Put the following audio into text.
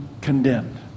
condemned